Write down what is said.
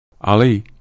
Ali